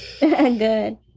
Good